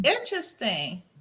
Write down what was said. interesting